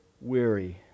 weary